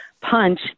punch